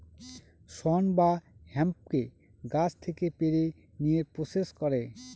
শন বা হেম্পকে গাছ থেকে পেড়ে নিয়ে প্রসেস করে